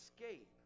escape